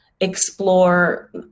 explore